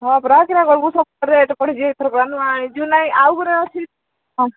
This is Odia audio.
ହଁ ପରା କିରା କରିବୁ ସବୁ ତ ରେଟ୍ ବଢ଼ିଛି ଏଥରକ ଆମେ ଯୋଉଁ ଆଣିଛୁ ଆଉ ଗୋଟେ ଅଛି